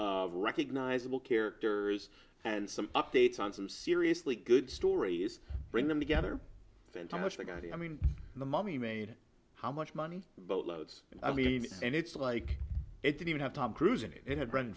t recognizable characters and some updates on some seriously good stories bring them together i mean the money made how much money but loads i mean and it's like it didn't even have tom cruise in it it had